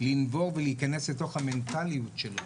אתה פה צריך גם כן לנבור ולהיכנס לתוך המנטליות שלו,